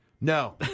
No